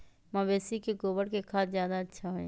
मवेसी के गोबर के खाद ज्यादा अच्छा होई?